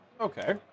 okay